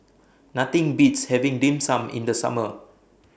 Nothing Beats having Dim Sum in The Summer